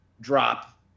drop